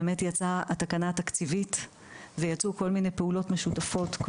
באמת יצאה התקנה התקציבית ויצאו כל מיני פעולות משותפות,